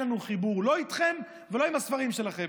אין לנו חיבור לא איתכם ולא עם הספרים שלכם.